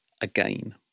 again